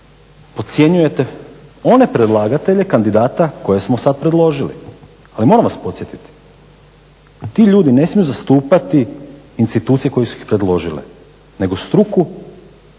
podcjenjujete one predlagatelje kandidata koje smo sada predložili. Ali moram vas podsjetiti ti ljudi ne smiju zastupati institucije koje su ih predložile nego struku